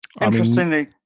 interestingly